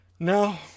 No